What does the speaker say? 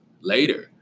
later